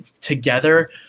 together